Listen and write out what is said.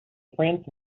france